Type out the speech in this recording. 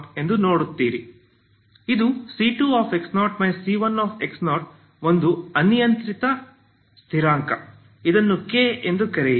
ಇದನ್ನು K ಎಂದು ಕರೆಯಿರಿ K ಅನ್ನು ಎಂದು ಅನಿಯಂತ್ರಿತ ಸ್ಥಿರ ಎಂದು ಕರೆಯಿರಿ